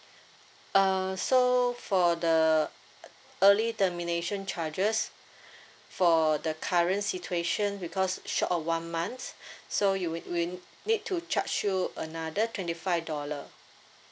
uh so for the ea~ early termination charges for the current situation because short of one month so you we we need to charge you another twenty five dollar